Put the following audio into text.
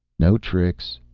no tricks.